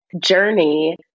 journey